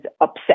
upset